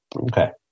Okay